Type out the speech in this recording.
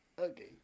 Okay